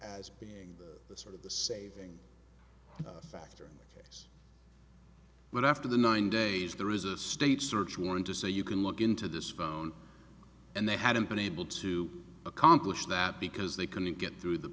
as being sort of the saving factor when after the nine days there is a state search warrant to say you can look into this phone and they hadn't been able to accomplish that because they couldn't get through the